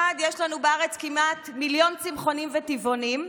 יש לנו בארץ כמעט מיליון צמחונים וטבעונים,